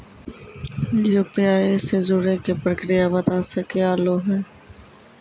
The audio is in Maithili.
यु.पी.आई से जुड़े के प्रक्रिया बता सके आलू है?